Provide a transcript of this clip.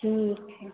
ठीक हइ